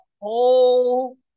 whole